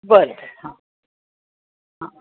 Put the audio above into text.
बरं हां हां